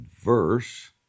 verse